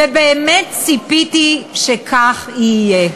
ובאמת ציפיתי שכך יהיה.